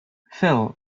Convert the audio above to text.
phil